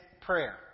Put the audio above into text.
prayer